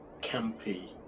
campy